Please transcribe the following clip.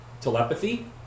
Telepathy